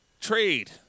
trade